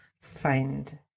find